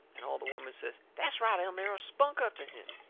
and all the women says that's right, elmira spunk up to him!